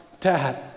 dad